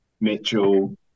Mitchell